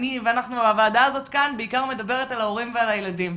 הוועדה הזאת בעיקר מדברת על ההורים ועל הילדים,